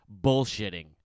bullshitting